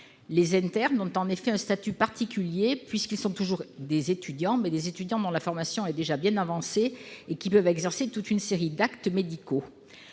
des territoires. Leur statut est particulier, puisqu'ils sont toujours des étudiants, mais des étudiants dont la formation est déjà bien avancée et qui peuvent réaliser toute une série d'actes médicaux.